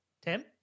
Tim